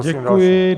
Děkuji.